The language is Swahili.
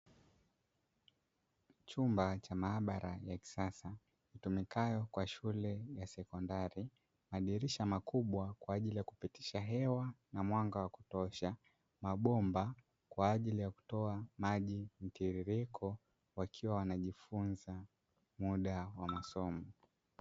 Chumba cha maabara ya kisasa itumikayo kwa shule ya sekondari, madirisha makubwa kwa ajili ya kupitisha hewa na mwanga wa kutosha, mabomba kwa ajili ya kutoa maji mtiririko wakiwa wanajifunza muda wa masomo.